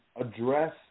address